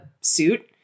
suit